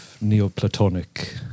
neoplatonic